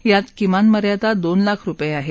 यात किमान मर्यादा दोन लाख रुपये आहे